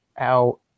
out